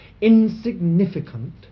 insignificant